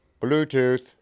Bluetooth